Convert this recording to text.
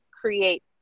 create